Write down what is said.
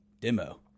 demo